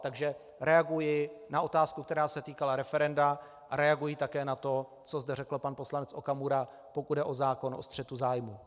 Takže reaguji na otázku, která se týkala referenda, a reaguji také na to, co zde řekl pan poslanec Okamura, pokud jde o zákon o střetu zájmů.